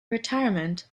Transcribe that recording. retirement